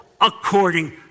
according